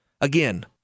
Again